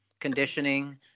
conditioning